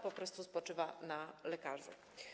Po prostu spoczywa to na lekarzu.